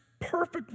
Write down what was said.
perfect